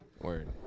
Word